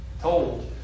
told